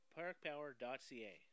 parkpower.ca